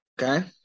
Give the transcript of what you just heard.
Okay